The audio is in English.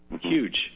huge